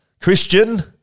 Christian